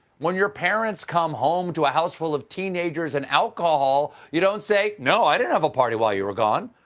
when your parents come home to a house full of teenagers and alcohol, you don't say, no, i didn't have a party while you were gone.